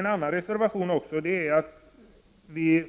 En annan reservation går ut på att vi